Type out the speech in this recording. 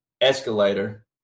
escalator